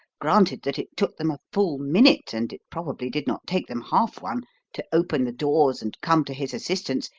granted that it took them a full minute and it probably did not take them half one to open the doors and come to his assistance,